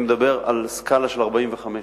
אני מדבר על סקאלה של 45 מדינות.